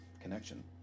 connection